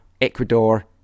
Ecuador